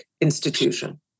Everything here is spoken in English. institution